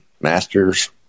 masters